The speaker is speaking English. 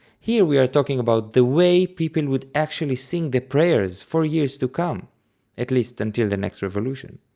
here we are talking about the way people would actually sing the prayers for years to come at least until the next revolution.